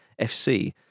FC